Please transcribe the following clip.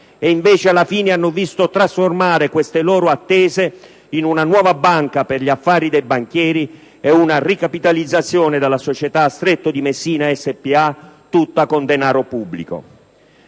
e invece alla fine hanno visto trasformare queste loro attese in una nuova banca per gli affari dei banchieri e una ricapitalizzazione della società Stretto di Messina spa tutta con denaro pubblico.